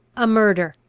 a murder!